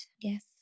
Yes